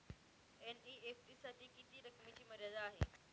NEFT साठी किती रकमेची मर्यादा आहे?